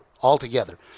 altogether